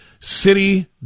city